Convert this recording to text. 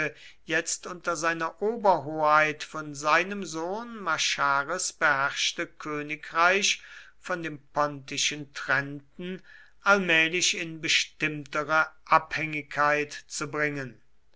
jetzt unter seiner oberhoheit von seinem sohn machares beherrschte königreich von dem pontischen trennten allmählich in bestimmtere abhängigkeit zu bringen